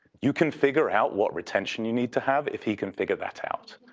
you can figure out what retention you need to have if he can figure that out.